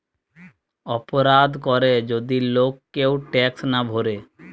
অপরাধ করে যদি লোক কেউ ট্যাক্স না ভোরে